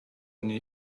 niej